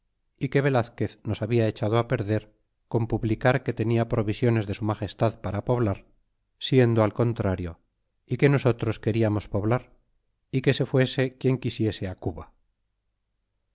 y que velazquez nos habla echado perder con publicar que tenia provisiones de su magestad para poblar siendo al contrario é que nosotros queriamos poblar é que se fuese quien quisiese cuba